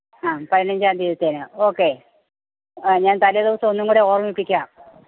ആ പതിനഞ്ചാം തീയതിത്തേന് ഓക്കെ ഞാന് തലേദിവസം ഒന്നുംകൂടെ ഓര്മ്മിപ്പിക്കാം